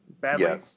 badly